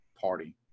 party